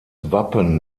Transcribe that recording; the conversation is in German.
wappen